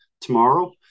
tomorrow